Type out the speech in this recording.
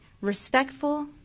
respectful